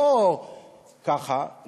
לא ככה,